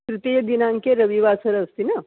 तृतीयदिनाङ्के रविवासरः अस्ति न